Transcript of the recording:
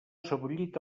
sebollit